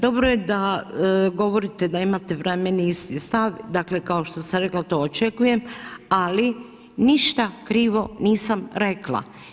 Dobro je da govorite da ima prema meni isti stav, dakle kao što sam rekla, to očekujem ali ništa krivo nisam rekla.